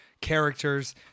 characters